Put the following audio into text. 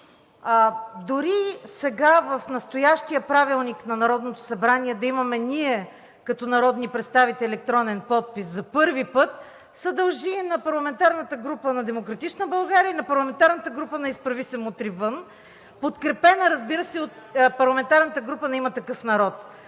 дори и сега в настоящия правилник на Народното събрание да имаме ние като народни представители електронен подпис за първи път, се дължи на парламентарната група на „Демократична България“ и на парламентарната група на „Изправи се! „Мутри вън!“, подкрепена, разбира се, от парламентарната група на „Има такъв народ“.